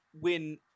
win